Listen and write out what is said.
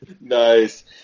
Nice